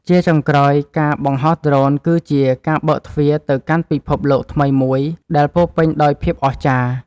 ជាចុងក្រោយ ការបង្ហោះដ្រូនគឺជាការបើកទ្វារទៅកាន់ពិភពលោកថ្មីមួយដែលពោរពេញដោយភាពអស្ចារ្យ។